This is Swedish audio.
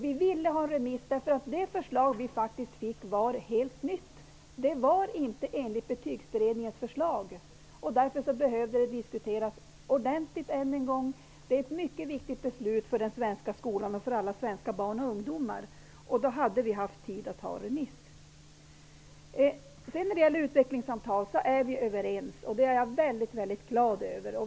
Vi ville ha en remissomgång, därför att det förslag vi fick faktiskt var helt nytt, inte enligt Betygsberedningens förslag. Därför behövde det än en gång diskuteras ordentligt. Det här är ett mycket viktigt beslut för den svenska skolan och för alla svenska barn och ungdomar. Vi hade haft tid med en remissomgång. I frågan om utvecklingssamtal är vi överens, och det är jag väldigt glad över.